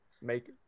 Make